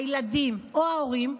הילדים או ההורים,